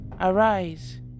Arise